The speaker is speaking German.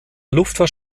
luftfahrt